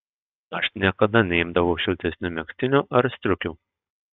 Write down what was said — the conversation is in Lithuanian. aš niekada neimdavau šiltesnių megztinių ar striukių